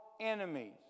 enemies